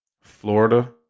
Florida